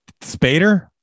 Spader